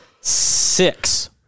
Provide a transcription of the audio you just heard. six